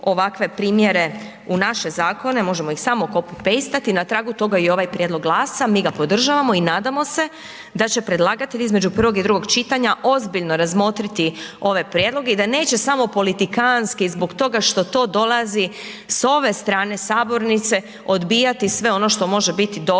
ovakve primjere u naše Zakone, možemo ih samo copy-paste-ati, na tragu toga je i ovaj Prijedlog GLAS-a, mi ga podržavamo, i nadamo se da će predlagatelj između prvog i drugog čitanja ozbiljno razmotriti ove prijedloge i da neće samo politikantski zbog toga što to dolazi s ove strane Sabornice odbijati sve ono što može biti dobre,